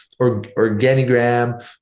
Organigram